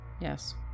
Yes